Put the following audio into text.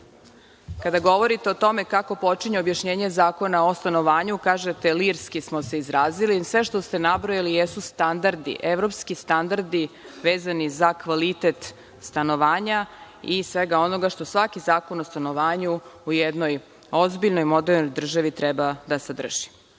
kada govorite o tome kako počinje objašnjenje Zakona o stanovanju, kažete – lirski smo se izrazili. Sve što ste nabrojali jesu standardi, evropski standardi vezani za kvalitet stanovanja i svega onoga što svaki zakon o stanovanju u jednoj ozbiljnoj i modernoj državi treba da